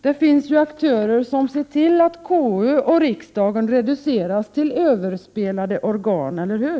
Det finns ju aktörer som ser till att konstitutionsutskottet och riksdagen reduceras till överspelade organ, eller hur?